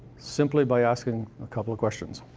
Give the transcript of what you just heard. simply by asking a couple of questions.